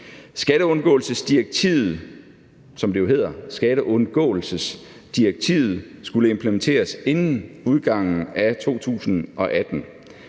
Skatteundgåelsesdirektivet, som det jo hedder, skulle implementeres inden udgangen af 2018.